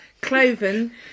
cloven